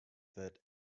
that